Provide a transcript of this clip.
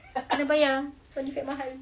kena bayar sound effect mahal